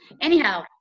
Anyhow